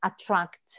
attract